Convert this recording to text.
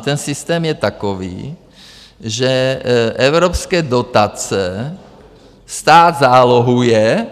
Ten systém je takový, že evropské dotace stát zálohuje,